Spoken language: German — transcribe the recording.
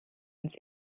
uns